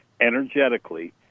energetically